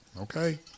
Okay